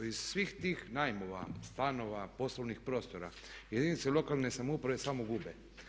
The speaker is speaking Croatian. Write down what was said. Iz svih tih najmova stanova, poslovnih prostora jedinice lokalne samouprave samo gube.